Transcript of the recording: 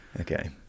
Okay